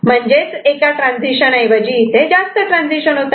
म्हणजेच एका ट्रान्झिशन ऐवजी इथे जास्त ट्रान्झिशन होतात